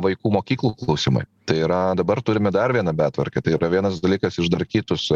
vaikų mokyklų klausimai tai yra dabar turime dar vieną betvarkę tai yra vienas dalykas išdarkytus